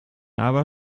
aber